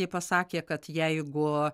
jai pasakė kad jeigu